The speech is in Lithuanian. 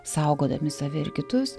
saugodami save ir kitus